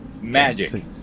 Magic